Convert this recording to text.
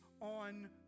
on